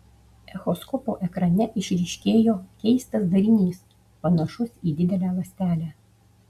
echoskopo ekrane išryškėjo keistas darinys panašus į didelę ląstelę